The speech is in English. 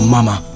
Mama